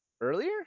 earlier